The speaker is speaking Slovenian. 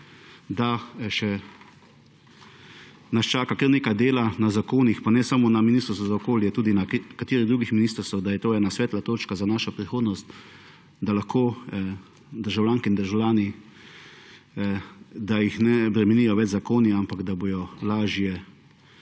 da nas čaka še kar nekaj dela na zakonih, pa ne samo na ministrstvu za okolje, tudi na katerih drugih ministrstvih, da je to ena svetla točka za našo prihodnost, da državljank in državljanov ne bremenijo več zakoni, ampak da jim bo lažje